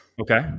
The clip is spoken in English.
Okay